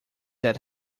that